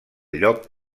lloc